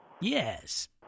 Yes